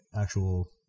actual